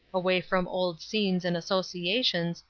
away from old scenes and associations,